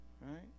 Right